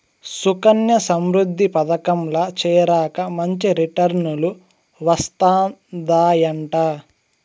సుకన్యా సమృద్ధి పదకంల చేరాక మంచి రిటర్నులు వస్తందయంట